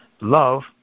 Love